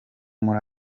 muri